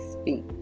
speak